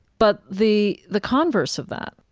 but the the converse of that,